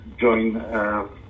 join